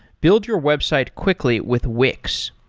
build your website quickly with wix.